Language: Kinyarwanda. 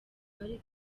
twari